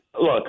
Look